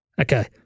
Okay